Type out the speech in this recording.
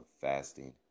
fasting